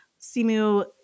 Simu